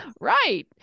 Right